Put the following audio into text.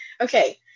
okay